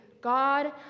God